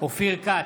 אופיר כץ,